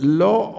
law